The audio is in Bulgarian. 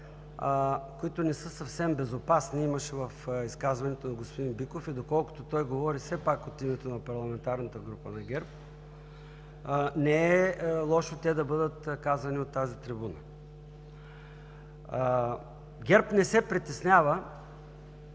които не са съвсем безопасни, имаше в изказването на господин Биков и доколкото той говори все пак от името на парламентарна група на ГЕРБ, не е лошо те да бъдат казани от тази трибуна. ГЕРБ не се притеснява